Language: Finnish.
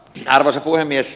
arvoisa puhemies